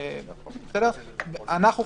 אנחנו חושבים,